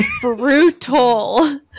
brutal